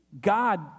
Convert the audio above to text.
God